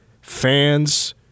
fans